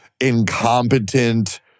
incompetent